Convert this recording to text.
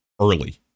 early